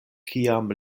kiam